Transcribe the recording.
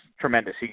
tremendous